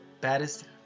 baddest